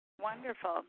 Wonderful